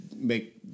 make